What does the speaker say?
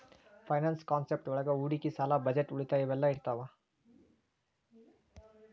finance concept ಒಳಗ ಹೂಡಿಕಿ ಸಾಲ ಬಜೆಟ್ ಉಳಿತಾಯ ಇವೆಲ್ಲ ಇರ್ತಾವ